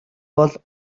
бол